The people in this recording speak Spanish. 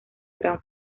gran